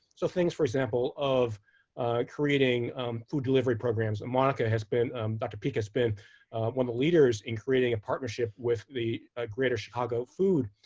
so things, for example, of creating food delivery programs. monica has been dr. peek has been one of the leaders in creating a partnership with the greater chicago food